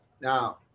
now